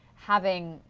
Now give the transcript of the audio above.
having